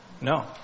No